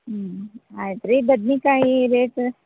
ಹ್ಞೂ ಆಯ್ತು ರೀ ಬದ್ನೆಕಾಯಿ ರೇಟ